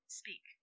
speak